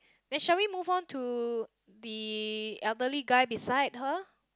then shall we move on to the elderly guy beside her